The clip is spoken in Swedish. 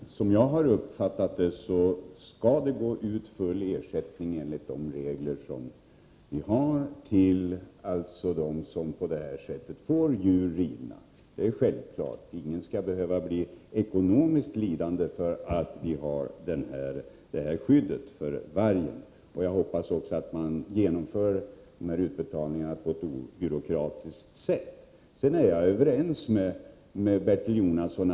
Herr talman! Som jag har uppfattat saken skall enligt de regler som finns full ersättning utgå till de människor som på det här sättet får djur rivna. Det är självklart. Ingen skall behöva bli ekonomiskt lidande eftersom vi har det här skyddet när det gäller vargen. Jag hoppas att utbetalningarna sker på ett obyråkratiskt sätt. Jag är överens med Bertil Jonasson.